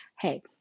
hey